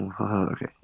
Okay